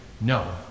No